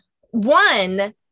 one